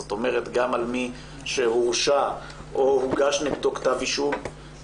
כלומר גם על מי שהורשע או הוגש נגדו כתב אישום,